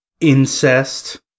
Incest